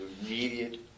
immediate